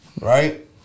Right